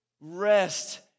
rest